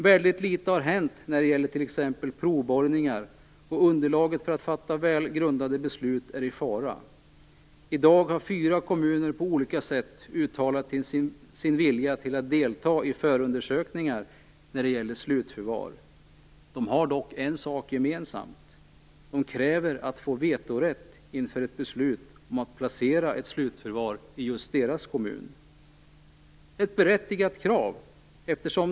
Väldigt litet har hänt när det gäller t.ex. provborrningar, och underlaget för att fatta väl grundade beslut är i fara. I dag har fyra kommuner på olika sätt uttalat sin vilja att delta i förundersökningar när det gäller slutförvar. De har dock en sak gemensamt: De kräver att få vetorätt inför ett beslut om att placera ett slutförvar i just deras kommun. Det är ett berättigat krav.